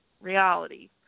Reality